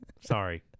Sorry